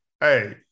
hey